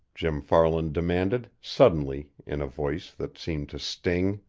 jim farland demanded suddenly in a voice that seemed to sting.